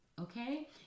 Okay